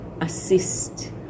assist